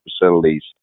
facilities